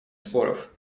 споров